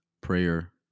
prayer